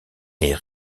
est